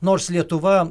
nors lietuva